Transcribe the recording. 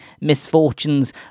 misfortunes